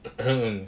mm